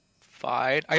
fine